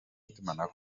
n’itumanaho